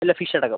അല്ല ഫിഷ് അടക്കം